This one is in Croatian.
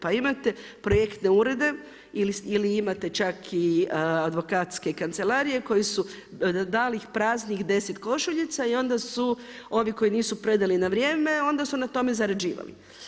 Pa imate projektne urede ili imate čak i advokatske kancelarije koje su dali praznih deset košuljica i onda su ovi koji nisu predali na vrijem onda su na tome zarađivali.